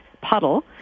puddle